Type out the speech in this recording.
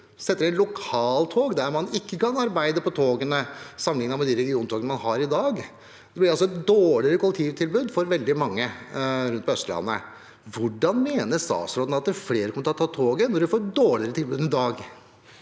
setter inn lokaltog der man ikke kan arbeide på togene, sammenliknet med regiontogene man har i dag. Det blir altså et dårligere kollektivtilbud for veldig mange på Østlandet. Hvordan mener statsråden at flere kan ta toget når man får et dårligere tilbud enn i dag?